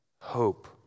hope